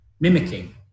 mimicking